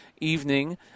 evening